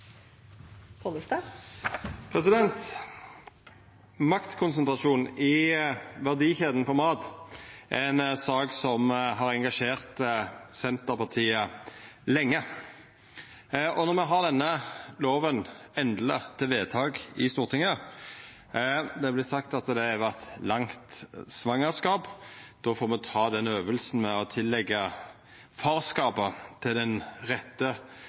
Maktkonsentrasjon i verdikjeda for mat er ei sak som har engasjert Senterpartiet lenge. No har me endeleg denne lova til vedtak i Stortinget. Det vert sagt at det har vore eit langt svangerskap, og då får me ta den øvinga med å leggja farskapet til den rette